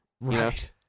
right